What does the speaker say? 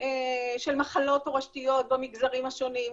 של מחלות תורשתיות במגזרים השונים,